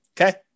Okay